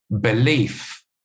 belief